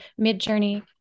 Midjourney